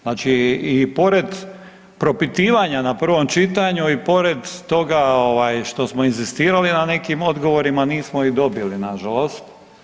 Znači i pored propitivanja na prvom čitanju i pored toga ovaj što smo inzistirali na nekim odgovorima nismo ih dobili nažalost.